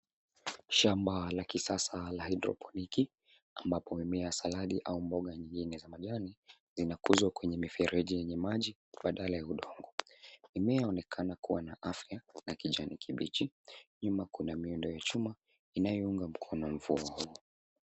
Shamba la kisasa la hydroponiki ambapo mimea saladi au mboga nyingine za majani zinakuzwa kwenye mifereji yenye maji badala ya udongo. Mimea yaonekana kuwa na afya na kijani kibichi. Nyumba kuna miundo ya chuma inayo unga mkono huo mfumo.